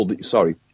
sorry